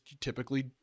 typically